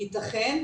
ייתכן,